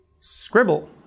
scribble